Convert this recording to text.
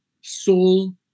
soul